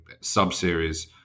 sub-series